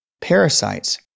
parasites